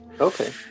Okay